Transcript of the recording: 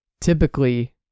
typically